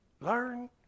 Learn